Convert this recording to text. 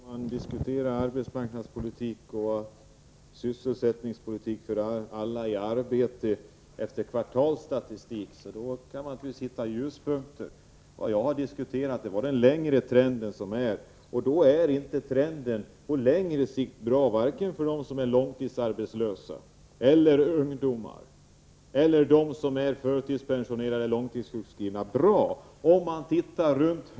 Herr talman! Om man diskuterar arbetsmarknadspolitik och sysselsättningspolitik för alla i arbete efter kvartalsstatistik kan man naturligtvis hitta ljuspunkter. Vad jag har diskuterat är den längre trenden. På längre sikt är trenden inte bra vare sig för dem som är långtidsarbetslösa, för ungdomar, för dem som är förtidspensionerade eller för dem som är långtidssjukskrivna.